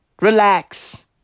Relax